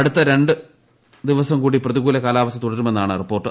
അടുത്ത രണ്ട് ദിവില്പം കൂടി പ്രതികൂല കാലാവസ്ഥ തുടരുമെന്നാണ് റിപ്പോർട്ട്